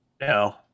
No